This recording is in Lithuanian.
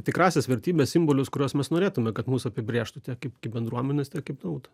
tikrąsias vertybes simbolius kuriuos mes norėtume kad mus apibrėžtų tiek kaip kaip bendruomenes tiek kaip tautą